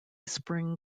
spring